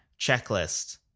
checklist